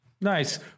Nice